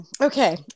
okay